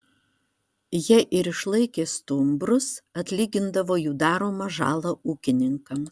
jie ir išlaikė stumbrus atlygindavo jų daromą žalą ūkininkams